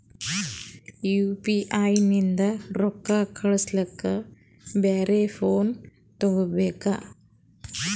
UPI ನಿಂದ ರೊಕ್ಕ ಕಳಸ್ಲಕ ಬ್ಯಾರೆ ಫೋನ ತೋಗೊಬೇಕ?